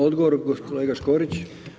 Odgovor kolega Škorić.